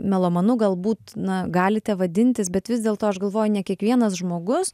melomanu galbūt na galite vadintis bet vis dėlto aš galvoju ne kiekvienas žmogus